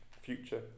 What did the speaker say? future